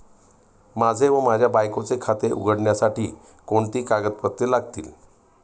माझे व माझ्या बायकोचे खाते उघडण्यासाठी कोणती कागदपत्रे लागतील?